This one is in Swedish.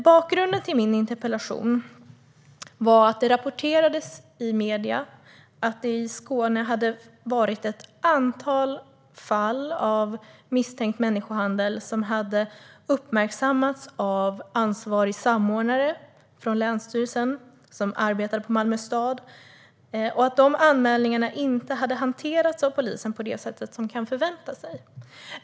Bakgrunden till min interpellation är att det rapporterades i medierna att det i Skåne funnits ett antal fall av misstänkt människohandel som hade uppmärksammats av ansvarig samordnare från länsstyrelsen som arbetade för Malmö stad. Dessa anmälningar hade inte hanterats av polisen på det sätt som kan förväntas.